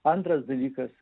antras dalykas